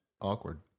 Awkward